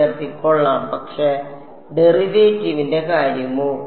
വിദ്യാർത്ഥി കൊള്ളാം പക്ഷേ ഡെറിവേറ്റീവിന്റെ കാര്യമോ